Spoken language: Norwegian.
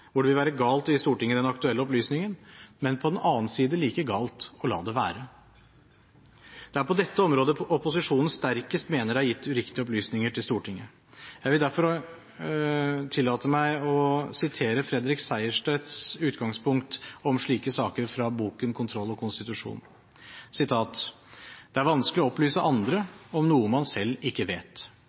hvor det vil være galt å gi Stortinget den aktuelle opplysningen, men på den annen side like galt å la det være. Det er på dette området opposisjonens sterkest mener det er gitt uriktige opplysninger til Stortinget. Jeg vil derfor tillate meg å sitere Fredrik Sejersteds utgangspunkt om slike saker, fra boken Kontroll og konstitusjon: «Det er vanskelig å opplyse andre om noe man selv ikke vet.